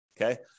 okay